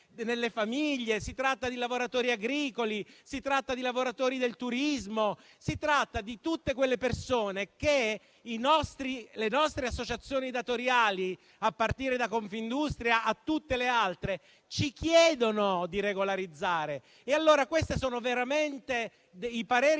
si tratta di lavoratori agricoli, si tratta di lavoratori del turismo, si tratta di tutte quelle persone che le nostre associazioni datoriali, a partire da Confindustria fino a tutte le altre, ci chiedono di regolarizzare. I pareri del Governo